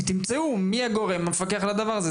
ותמצאו מי הגורם שמפקח על הדבר הזה.